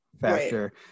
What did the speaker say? factor